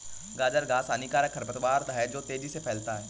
गाजर घास हानिकारक खरपतवार है जो तेजी से फैलता है